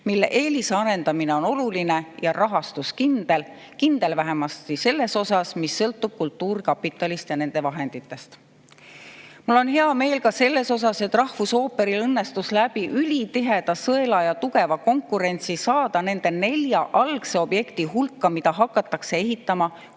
mille eelisarendamine on oluline ja rahastus kindel – vähemasti see osa, mis sõltub kultuurkapitalist ja selle vahenditest. Mul on hea meel ka selle üle, et rahvusooperil õnnestus läbi ülitiheda sõela ja tugeva konkurentsi saada nende nelja algse objekti hulka, mida hakatakse ehitama